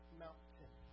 mountain